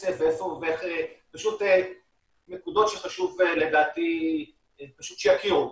הכסף ואיך, פשוט נקודות שחשוב לדעתי שיכירו,